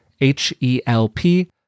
H-E-L-P